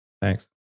Thanks